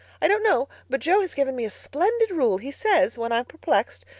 i don't know, but jo has given me a splendid rule. he says, when i'm perplexed,